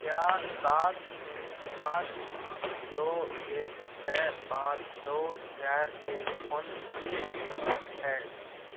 क्या सात तीन आठ पाँच दौ एक छः पाँच दो चार एक फ़ोन पे पर है